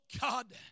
God